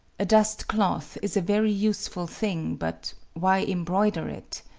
a dust-cloth is a very useful thing, but why embroider it?